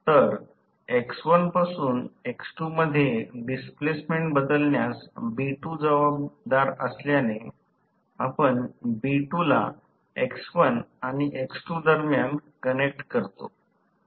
तर x1 पासून x2 मध्ये डिस्प्लेसमेंट बदलण्यास B2 जबाबदार असल्याने आपण B2 ला x1 आणि x2 दरम्यान कनेक्ट करतो